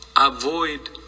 avoid